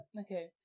Okay